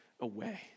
away